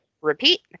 repeat